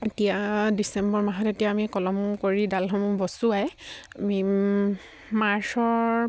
এতিয়া ডিচেম্বৰ মাহত এতিয়া আমি কলম কৰি ডালসমূহ বচুৱাই আমি মাৰ্চৰ